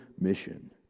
mission